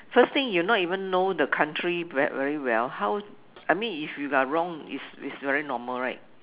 first thing you not even know the country very very well how I mean if you are wrong it's very normal right